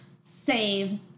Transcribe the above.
save